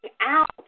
out